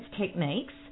techniques